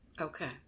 Okay